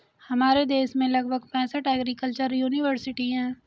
हमारे देश में लगभग पैंसठ एग्रीकल्चर युनिवर्सिटी है